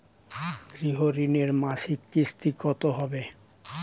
গৃহ ঋণের মাসিক কিস্তি কত হবে?